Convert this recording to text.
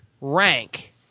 rank